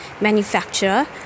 Manufacturer